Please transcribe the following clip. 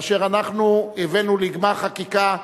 כאשר אנחנו הבאנו לגמר חקיקה,